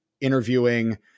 interviewing